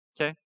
okay